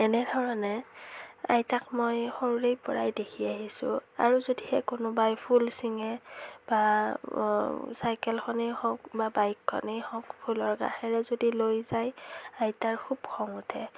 এনেধৰণে আইতাক মই সৰুৰেপৰাই দেখি আহিছোঁ আৰু যদিহে কোনোবাই ফুল চিঙে বা চাইকেলখনেই হওক বা বাইকখনেই হওক ফুলৰ কাষেৰে যদি লৈ যায় আইতাৰ খুব খং উঠে